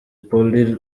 polly